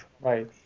Right